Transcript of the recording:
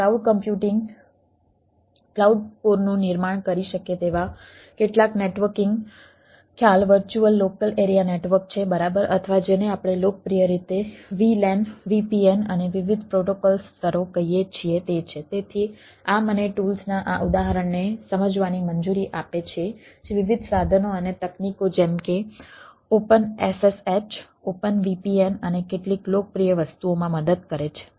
cloud કોમ્પ્યુટિંગના cloud કોરનું નિર્માણ કરી શકે તેવા કેટલાક નેટવર્કીંગ ખ્યાલ વર્ચ્યુઅલ લોકલ એરિયા નેટવર્ક ના આ ઉદાહરણને સમજવાની મંજૂરી આપે છે જે વિવિધ સાધનો અને તકનીકો જેમ કે OpenSSH OpenVPN અને કેટલીક લોકપ્રિય વસ્તુઓમાં મદદ કરે છે